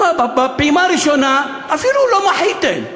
פעימה ראשונה, אפילו לא מחיתם.